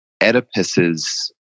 Oedipus's